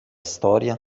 storia